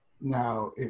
Now